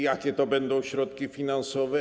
Jakie to będą środki finansowe?